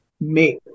make